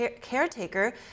caretaker